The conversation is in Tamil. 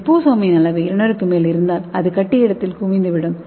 லிபோசோமின் அளவு 200 க்கு மேல் இருந்தால் அது கட்டி இடத்தில் குவிந்துவிடும்